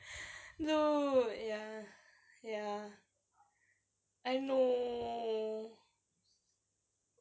dude ya ya I know